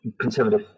conservative